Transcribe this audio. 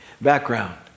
Background